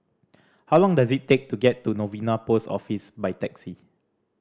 how long does it take to get to Novena Post Office by taxi